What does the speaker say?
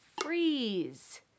freeze